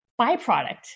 byproduct